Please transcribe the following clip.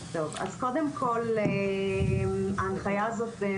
טוב, אז קודם כל ההנחיה הזאת,